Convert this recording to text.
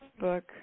book